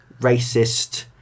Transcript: racist